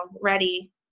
ready